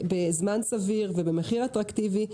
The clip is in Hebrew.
בזמן סביר ובמחיר אטרקטיבי.